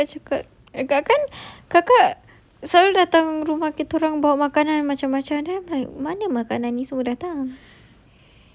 ah kan kakak cakap kakak kan kakak selalu datang rumah kita orang bawa makanan macam-macam then I'm like mana makanan ni semua datang